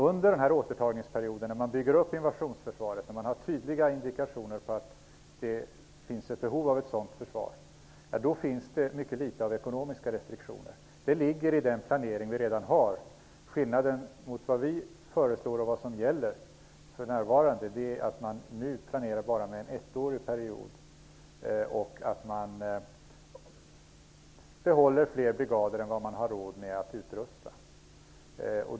Under återtagningsperioden, när man bygger upp invasionsförsvaret och då man har tydliga indikationer på att det finns ett behov av ett sådant försvar, finns det mycket litet av ekonomiska restriktioner. De ligger i den planering som vi redan har. Skillnaden mellan vårt förslag och det som för närvarande gäller är att man nu planerar bara för en ettårsperiod och att man behåller fler brigader än vad man har råd att utrusta.